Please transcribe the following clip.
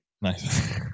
Nice